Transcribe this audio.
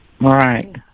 right